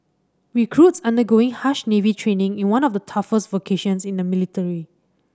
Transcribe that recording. recruits undergoing harsh Navy training in one of the toughest vocations in the military